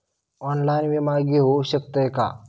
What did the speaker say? Online विमा घेऊ शकतय का?